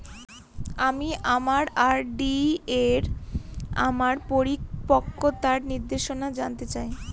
আমি আমার আর.ডি এর আমার পরিপক্কতার নির্দেশনা জানতে চাই